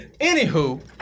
Anywho